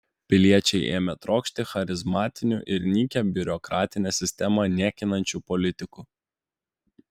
piliečiai ėmė trokšti charizmatinių ir nykią biurokratinę sistemą niekinančių politikų